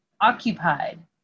occupied